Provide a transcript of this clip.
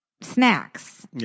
snacks